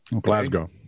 Glasgow